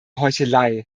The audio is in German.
heuchelei